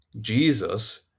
Jesus